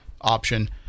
option